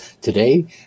Today